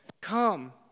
Come